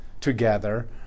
together